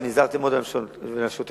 ונזהרתם מאוד לנפשותיכם,